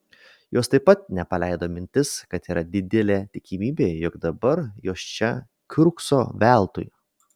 jos taip pat neapleido mintis kad yra didelė tikimybė jog dabar jos čia kiurkso veltui